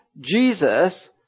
Jesus